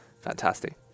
fantastic